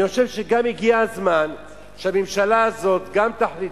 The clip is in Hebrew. אני חושב שהגיע הזמן שהממשלה הזאת גם תחליט,